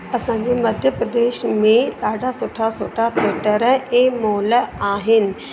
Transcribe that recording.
असांजे मध्य प्रदेश में ॾाढा सुठा सुठा थिएटर ऐं मॉल आहिनि